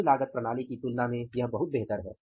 कुल लागत प्रणाली की तुलना में यह बहुत बेहतर है